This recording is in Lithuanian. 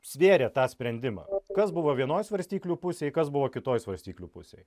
svėrėt tą sprendimą kas buvo vienoj svarstyklių pusėje kas buvo kitoj svarstyklių pusėj